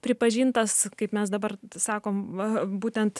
pripažintas kaip mes dabar sakom va būtent